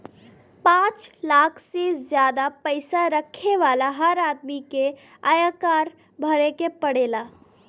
पांच लाख से जादा पईसा रखे वाला हर आदमी के आयकर भरे के पड़ेला